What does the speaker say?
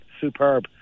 superb